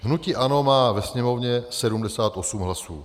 Hnutí ANO má ve Sněmovně 78 hlasů.